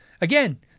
Again